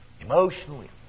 Emotionally